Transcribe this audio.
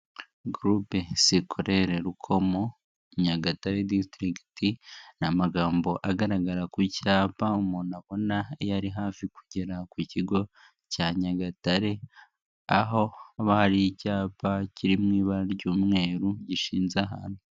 Groupe Scolaire Rukomo, Nyagatare District ni amagambo agaragara ku cyapa umuntu abona iyo ari hafi kugera ku kigo cya Nyagatare. Aho haba hari icyapa kiri mu iba ry'umweru gishinze ahantu.